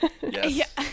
yes